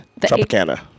Tropicana